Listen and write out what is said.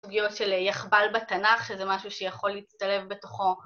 סוגיות של יחבל בתנ״ך, איזה משהו שיכול להצטלב בתוכו.